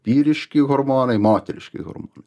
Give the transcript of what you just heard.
vyriški hormonai moteriški hormonai